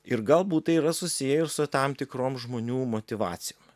ir galbūt tai yra susiję ir su tam tikrom žmonių motyvacijom